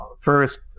first